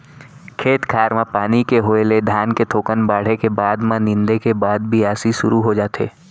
खेत खार म पानी के होय ले धान के थोकन बाढ़े के बाद म नींदे के बाद बियासी सुरू हो जाथे